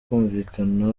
kumvikana